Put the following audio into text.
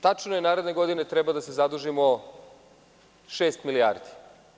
Tačno je da naredne godine treba da se zadužimo za šest milijardi.